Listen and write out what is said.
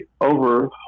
over